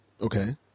okay